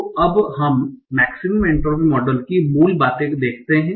तो अब हम मेक्सिमम एन्ट्रापी मॉडल की मूल बातें देखते हैं